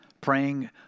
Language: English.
praying